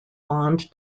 bond